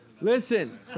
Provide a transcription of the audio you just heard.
listen